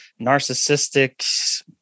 narcissistic